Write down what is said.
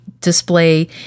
display